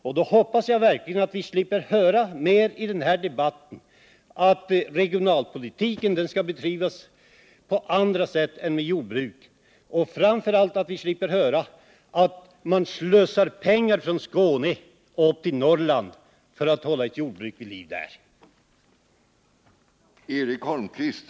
Sedan hoppas jag att vi slipper att höra mer att regionalpolitiken skall bedrivas på andra sätt än med jordbruk och framför allt att vi slipper höra att man slussar pengar från Skåne för att hålla ett jordbruk vid liv i Norrland.